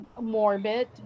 morbid